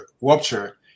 rupture